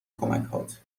کمکهات